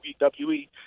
WWE